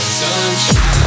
sunshine